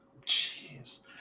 jeez